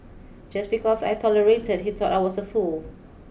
just because I tolerated he thought I was a fool